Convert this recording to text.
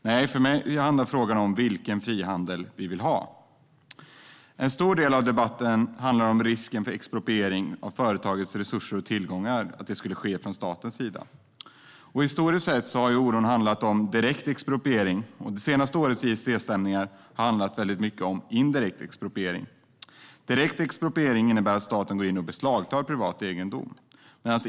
Nej, enligt mig handlar frågan om vilken sorts frihandel vi vill ha. En stor del av debatten handlar om risken för att expropriering av ett företags resurser och tillgångar sker från statens sida. Historiskt sett har det handlat om oron för direkt expropriering, men de senaste årens ISDS-stämningar har handlat om så kallad indirekt expropriering. Direkt expropriering innebär att staten går in och beslagtar privat egendom.